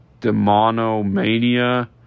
demonomania